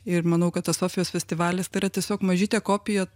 ir manau kad tas sofijos festivalis tai yra tiesiog mažytė kopija